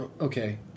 okay